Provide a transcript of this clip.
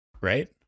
right